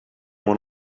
went